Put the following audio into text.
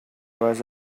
was